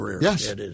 Yes